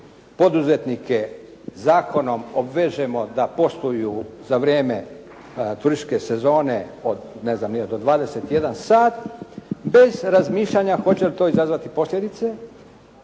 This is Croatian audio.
poduzetnike zakonom obvežemo da posluju za vrijeme turističke sezone, ne znam ni ja, do 21 sat bez razmišljanja hoće li to izazvati posljedice